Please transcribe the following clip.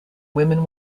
women